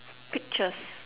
pictures